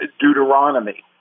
Deuteronomy